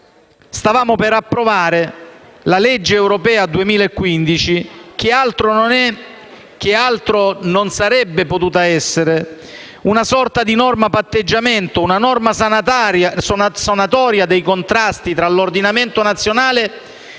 stavamo per approvare la legge europea 2015, che altro non è e che altro non sarebbe potuta essere che una sorta di norma-patteggiamento, una norma-sanatoria dei contrasti tra l'ordinamento nazionale e quello